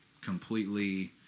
completely